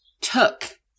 took